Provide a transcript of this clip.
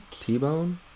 T-Bone